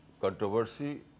controversy